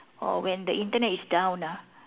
or when the Internet is down ah